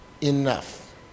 enough